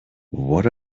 what